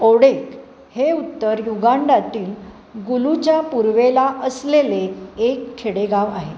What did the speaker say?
Odek हे उत्तर युगांडातील गुलूच्या पुर्वेला असलेले एक खेडेगाव आहे